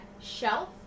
shelf